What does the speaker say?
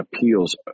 Appeals